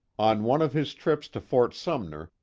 on one of his trips to fort sumner,